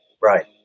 Right